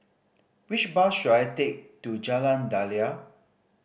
which bus should I take to Jalan Daliah